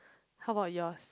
how about yours